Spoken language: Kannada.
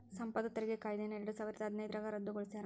ಸಂಪತ್ತು ತೆರಿಗೆ ಕಾಯ್ದೆಯನ್ನ ಎರಡಸಾವಿರದ ಹದಿನೈದ್ರಾಗ ರದ್ದುಗೊಳಿಸ್ಯಾರ